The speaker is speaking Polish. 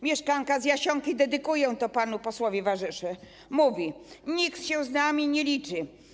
Mieszkanka Jasionki - dedykuję to panu posłowi Warzesze - mówi: Nikt się z nami nie liczy.